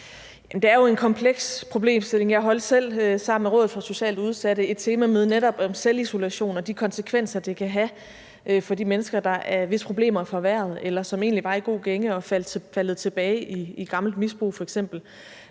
Det er jo en kompleks problemstilling. Jeg holdt selv sammen med Rådet for Socialt Udsatte et temamøde netop om selvisolation og de konsekvenser, det kan have, for de mennesker, hvis problemer er forværret, eller som egentlig var i god gænge, men f.eks. er faldet tilbage i gammelt misbrug. Jeg sidder